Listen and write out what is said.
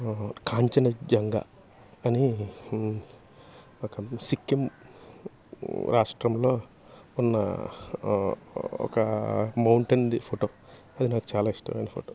కాంచనజంగా అని ఒక సిక్కిం రాష్ట్రంలో ఉన్న ఒక మౌంటెన్ది ఫోటో అది నాకు చాలా ఇష్టమైన ఫోటో